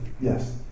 Yes